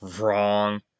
wrong